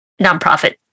nonprofit